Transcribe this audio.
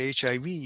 HIV